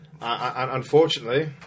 Unfortunately